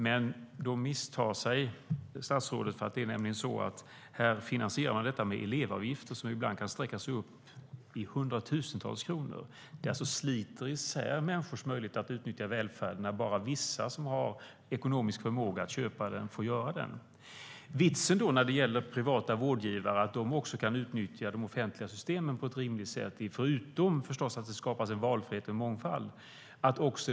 Men då misstar sig statsrådet, för det är nämligen så att de danska friskolorna finansieras med elevavgifter som ibland kan uppgå till hundratusentals kronor. Det sliter isär människors möjlighet att utnyttja välfärd om bara vissa som har ekonomisk förmåga kan köpa sig välfärd. Vitsen med privata vårdgivare är att de också kan utnyttja de offentliga systemen på ett rimligt sätt, förutom att det skapas en valfrihet och mångfald.